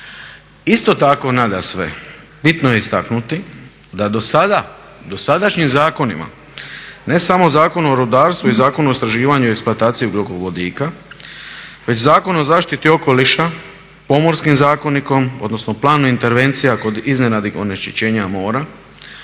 Isto tako nadasve bitno je istaknuti da do sada, dosadašnjim zakonima ne samo Zakon o rudarstvu i Zakon o istraživanju i eksploataciji ugljikovodika već Zakon o zaštiti okoliša, Pomorskim zakonikom odnosno planom intervencija kod iznenadnih onečišćenja mora,